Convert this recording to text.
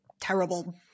terrible